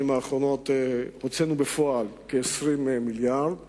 האחרונות הוצאנו בפועל כ-20 מיליארד שקלים,